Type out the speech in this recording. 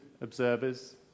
observers